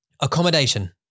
Accommodation